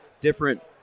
different